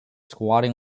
squatting